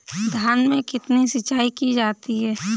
धान में कितनी सिंचाई की जाती है?